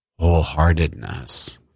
wholeheartedness